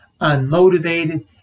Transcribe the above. unmotivated